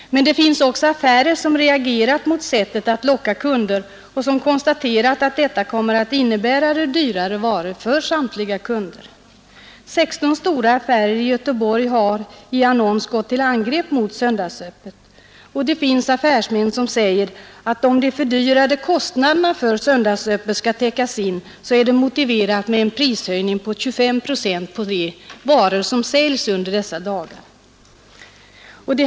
Det finns också affärer som reagerat mot sättet att locka kunder och som konstaterat att detta kommer att innebära dyrare varor för samtliga kunder. 16 stora affärer i Göteborg har i en annons gått till angrepp mot söndagsöppet. Det finns affärsmän som säger, att om de fördyrade kostnaderna för söndagsöppet skall täckas in är det motiverat med en prishöjning av 25 procent på de varor som säljs under dessa dagar.